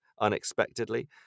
unexpectedly